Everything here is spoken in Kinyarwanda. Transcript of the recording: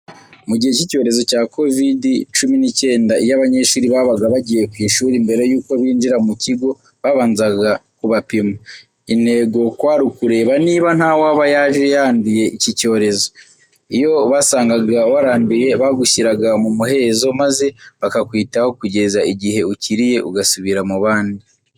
Mu gihe cy'icyorezo cya Kovide cumi n'icyenda iyo abanyeshuri babaga bagiye ku ishuri mbere yuko binjira mu kigo babanzaga kubapima. Intego kwari ukureba niba ntawaba yaje yanduye icyi cyorezo. Iyo basangaga waranduye bagushyiraga mu muhezo maze bakakwitaho kugeza igihe ukiriye ugasubira mu bandi